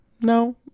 No